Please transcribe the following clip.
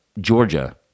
Georgia